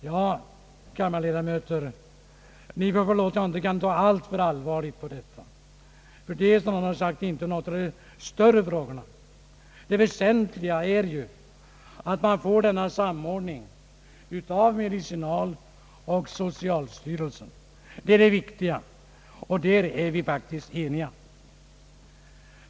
Ja, kammarledamöter, ni får förlåta, om jag inte kan ta alltför allvarligt på detta, ty frågan om namnet hör ju inte till de större. Det väsentliga är ju att vi får en samordning av medicinaloch socialstyrelserna, och på den punkten är vi faktiskt eniga.